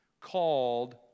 called